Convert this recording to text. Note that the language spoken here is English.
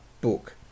book